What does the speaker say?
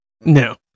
no